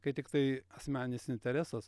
kai tiktai asmeninis interesas